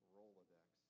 Rolodex